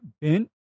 Bent